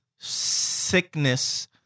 Sickness